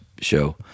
show